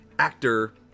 actor